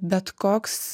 bet koks